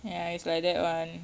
ya it's like that one